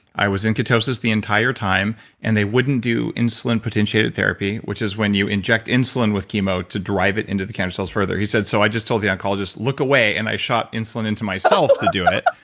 i was in ketosis the entire time and they wouldn't do insulin-potentiated therapy, which is when you inject insulin with chemo to drive it into the cancer cells further. he said, so i just told the oncologist look away and i shot insulin into myself to do it.